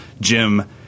Jim